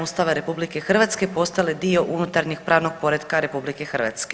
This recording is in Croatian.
Ustava RH postale dio unutarnjeg pravnog poretka RH.